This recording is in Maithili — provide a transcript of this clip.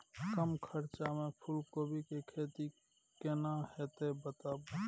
कम खर्चा में फूलकोबी के खेती केना होते बताबू?